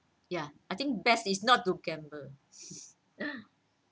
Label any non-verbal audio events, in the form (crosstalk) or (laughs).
ya I think best is not to gamble (laughs)